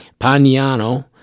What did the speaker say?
Pagnano